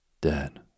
Dead